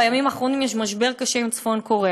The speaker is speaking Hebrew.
בימים האחרונים יש משבר קשה עם צפון-קוריאה,